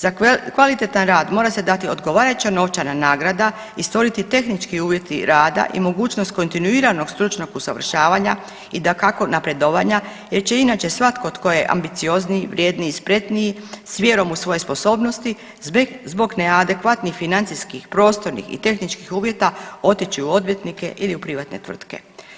Za kvalitetan rad mora se dati odgovarajuća novčana nagrada i stvoriti tehnički uvjeti rada i mogućnost kontinuiranog stručnog usavršavanja i dakako napredovanja jer će inače svatko tko je ambiciozniji, vrjedniji, spretniji s vjerom u svoje sposobnosti zbog neadekvatnih financijskih, prostornih i tehničkih uvjeta otići u odvjetnike ili u privatne tvrtke.